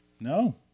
No